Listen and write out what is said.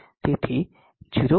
તેથી 0